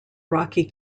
rocky